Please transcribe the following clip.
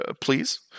Please